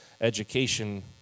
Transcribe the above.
education